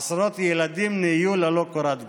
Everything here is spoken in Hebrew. עשרות ילדים נהיו ללא קורת גג.